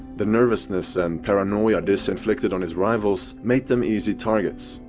the nervousness and paranoia this inflicted on his rivals made them easy targets.